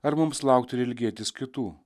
ar mums laukti ir ilgėtis kitų